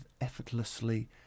effortlessly